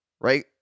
Right